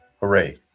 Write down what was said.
Hooray